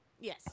Yes